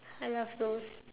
I love those